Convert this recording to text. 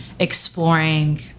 exploring